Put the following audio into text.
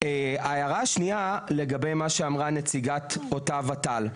ההערה השנייה לגבי מה שאמרה נציגת אותה ות"ל.